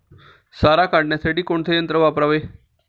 सारा काढण्यासाठी कोणते यंत्र वापरावे?